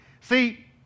see